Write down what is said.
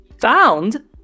found